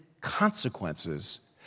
consequences